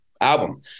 album